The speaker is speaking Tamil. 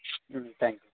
ம் தேங்க்ஸ்